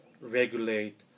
regulate